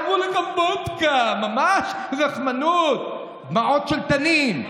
אמרו לך "וודקה", ממש רחמנות, דמעות של תנין.